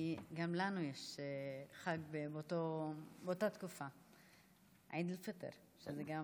גם לנו יש חג באותה תקופה, עיד אל-פיטר, שזה גם,